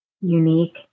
unique